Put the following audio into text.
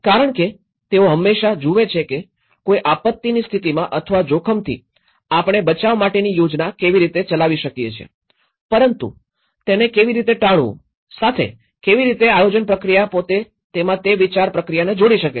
કારણ કે તેઓ હંમેશાં જુએ છે કે કોઈ આપત્તિની સ્થિતિમાં અથવા જોખમથી આપણે બચાવ માટેની યોજના કેવી રીતે ચલાવી શકીએ છીએ પરંતુ તેને કેવી રીતે ટાળવું સાથે કેવી રીતે આયોજન પ્રક્રિયા પોતે તેમાં તે વિચાર પ્રક્રિયાને જોડી શકે છે